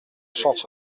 champsaur